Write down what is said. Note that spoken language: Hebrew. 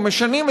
או משנים,